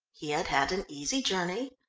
he had had an easy journey,